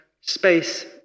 space